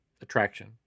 attraction